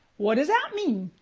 what does that mean?